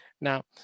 Now